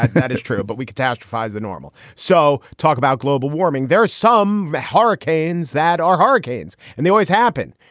like that is true, but we catastrophize the normal. so talk about global warming. there are some hurricanes that are hurricanes and they always happen.